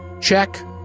check